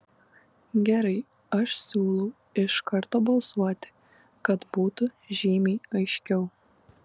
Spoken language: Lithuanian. gerai aš siūlau iš karto balsuoti kad būtų žymiai aiškiau